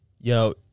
Yo